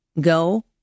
go